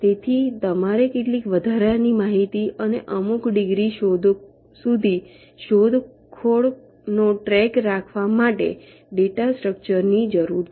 તેથી તમારે કેટલીક વધારાની માહિતી અને અમુક ડિગ્રી સુધી શોધખોળ નો ટ્રૅક રાખવા માટે ડેટા સ્ટ્રક્ચરની જરૂર છે